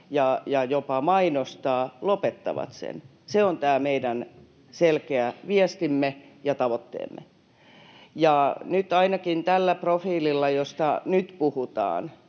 ja jopa mainostavat, lopettavat sen. Se on tämä meidän selkeä viestimme ja tavoitteemme. Ainakin tällä profiililla, josta nyt puhutaan,